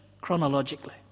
chronologically